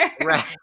Right